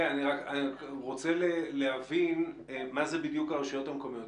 אני רוצה להבין מה זה בדיוק הרשויות המקומיות.